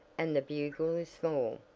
and the bugle is small.